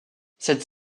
cette